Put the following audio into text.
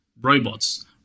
robots